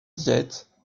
diète